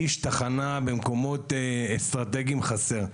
שליש תחנה במקומות אסטרטגיים חסר,